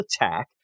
attack